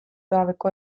gabeko